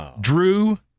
Drew